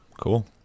cool